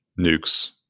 nukes